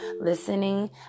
listening